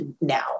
now